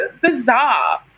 bizarre